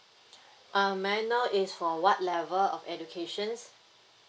um may I know is for what level of educations